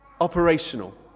operational